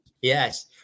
Yes